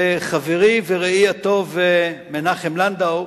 וחברי ורעי הטוב מנחם לנדאו,